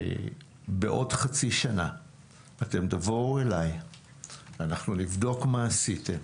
והם יודעים זאת בעוד חצי שנה אתם תבואו אלי ואנחנו נבדוק מה עשיתם,